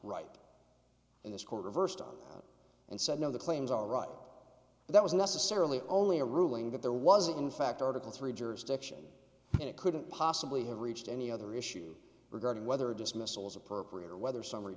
right and this court reversed on and said no the claims are right that was necessarily only a ruling that there wasn't in fact article three jurisdiction and it couldn't possibly have reached any other issue regarding whether dismissals appropriate or whether summary